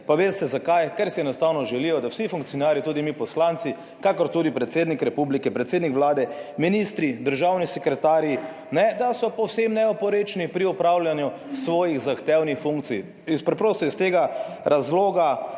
Pa veste zakaj? Ker si enostavno želijo, da vsi funkcionarji, tudi mi poslanci kakor tudi predsednik republike, predsednik Vlade, ministri, državni sekretarji, ne, da so povsem neoporečni pri opravljanju svojih zahtevnih funkcij; preprosto iz tega razloga